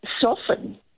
soften